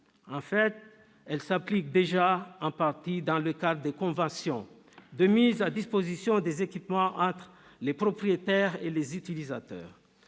En fait, elle s'applique déjà en partie dans le cadre des conventions de mise à disposition des équipements entre les propriétaires et les utilisateurs.